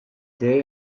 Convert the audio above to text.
dei